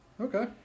Okay